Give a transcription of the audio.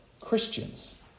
Christians